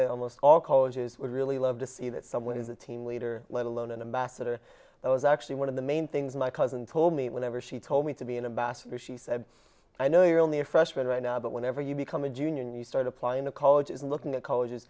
that almost all colleges would really love to see that someone is a team leader let alone an ambassador that was actually one of the main things my cousin told me whenever she told me to be an ambassador she said i know you're only a freshman right now but whenever you become a junior and you start applying to colleges looking at colleges